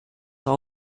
all